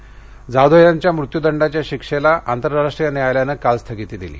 कुलभूषण जाधव यांच्या मृत्युदंडाच्या शिक्षेला आंतरराष्ट्रीय न्यायालयानं काल स्थगिती दिली